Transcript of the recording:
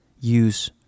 use